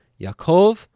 Yaakov